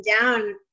down